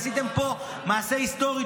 עשיתם פה מעשה היסטורי.